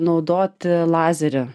naudoti lazerį